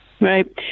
Right